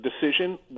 decision